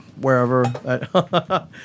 Wherever